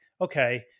okay